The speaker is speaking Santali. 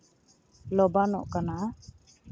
ᱞᱚᱵᱟᱱᱚᱜ ᱠᱟᱱᱟ